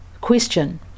Question